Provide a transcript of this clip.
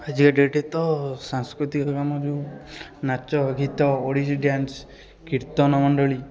ଆଜିକା ଡେଟ୍ରେ ତ ସାଂସ୍କୃତିକ କାମ ଯେଉଁ ନାଚ ଗୀତ ଓଡ଼ିଶୀ ଡ୍ୟାନ୍ସ କୀର୍ତ୍ତନ ମଣ୍ଡଳୀ